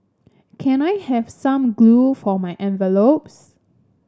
can I have some glue for my envelopes